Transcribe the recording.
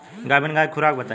गाभिन गाय के खुराक बताई?